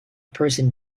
person